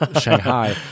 shanghai